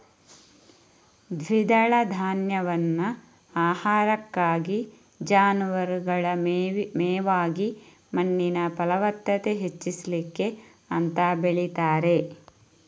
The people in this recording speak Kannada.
ದ್ವಿದಳ ಧಾನ್ಯವನ್ನ ಆಹಾರಕ್ಕಾಗಿ, ಜಾನುವಾರುಗಳ ಮೇವಾಗಿ ಮಣ್ಣಿನ ಫಲವತ್ತತೆ ಹೆಚ್ಚಿಸ್ಲಿಕ್ಕೆ ಅಂತ ಬೆಳೀತಾರೆ